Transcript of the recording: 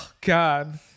God